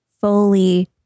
fully